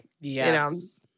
Yes